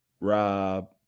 Rob